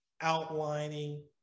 outlining